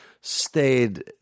stayed